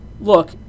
Look